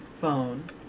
phone